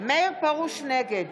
נגד